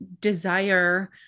desire